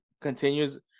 continues